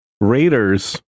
raiders